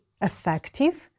effective